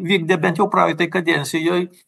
vykdė bent jau praeitoj kadencijoj